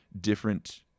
different